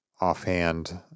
offhand